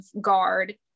guard